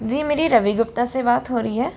जी मेरी रवि गुप्ता से बात हो रही है